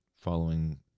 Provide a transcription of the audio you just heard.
following